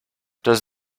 does